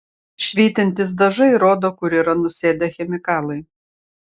švytintys dažai rodo kur yra nusėdę chemikalai